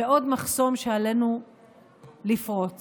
ועוד מחסום שעלינו לפרוץ.